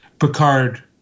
Picard